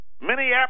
Minneapolis